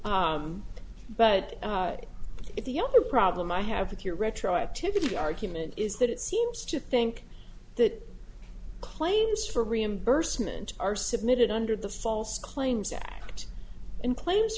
could but the other problem i have with your retroactivity argument is that it seems to think that claims for reimbursement are submitted under the false claims act and cla